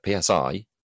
PSI